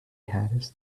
harris